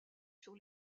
sur